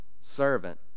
servant